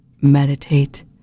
meditate